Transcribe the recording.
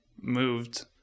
moved